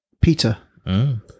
Peter